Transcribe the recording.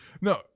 No